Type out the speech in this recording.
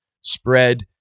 spread